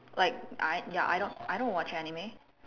like I ya I don't I don't watch anime